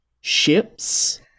ships